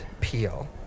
peel